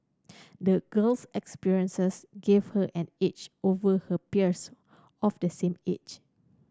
the girl's experiences gave her an edge over her peers of the same age